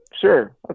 Sure